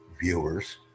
viewers